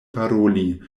paroli